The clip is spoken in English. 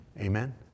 Amen